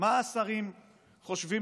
מה השרים חושבים?